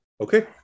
Okay